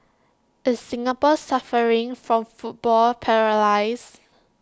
is Singapore suffering from football paralyse